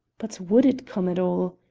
but would it come at all?